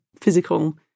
physical